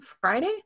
Friday